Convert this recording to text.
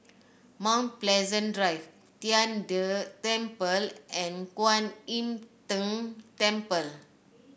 Mount Pleasant Drive Tian De Temple and Kwan Im Tng Temple